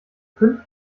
fünf